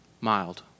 Mild